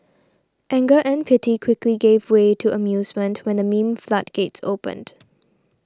anger and pity quickly gave way to amusement when the meme floodgates opened